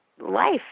life